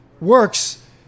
works